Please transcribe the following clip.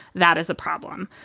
that is a problem.